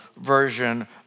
version